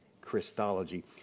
Christology